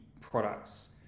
products